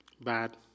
bad